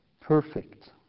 perfect